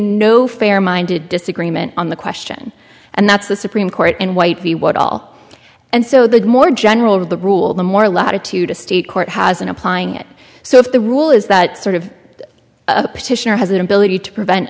no fair minded disagreement on the question and that's the supreme court and white v what all and so the more general of the rule the more latitude a state court has in applying it so if the rule is that sort of a petitioner has an ability to prevent